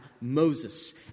Moses